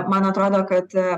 man atrodo kad